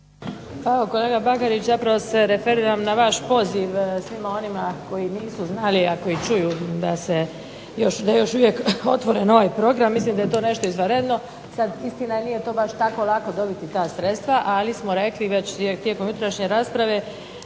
evo kolega Bagarić, zapravo se referiram na vaš poziv svima onima koji nisu znali, a koji čuju da se još, da je još uvijek otvoren ovaj program. Mislim da je to nešto izvanredno. Sad istina nije to baš tako lako dobiti ta sredstva. Ali smo rekli već tijekom jutrašnje rasprave